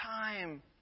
time